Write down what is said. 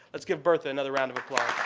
let's give bertha another round of applause.